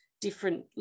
different